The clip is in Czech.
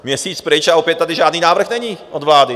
Měsíc pryč, a opět tady žádný návrh není od vlády.